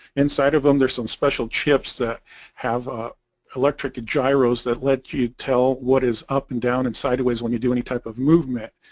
inside of them there's some special chips that have a electric gyros that let you tell what is up and down and sideways when you do any type of movement.